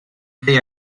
they